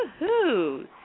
Woohoo